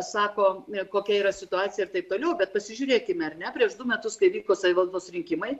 sako kokia yra situacija ir taip toliau bet pasižiūrėkime ar ne prieš du metus kai vyko savivaldos rinkimai